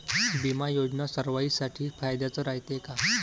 बिमा योजना सर्वाईसाठी फायद्याचं रायते का?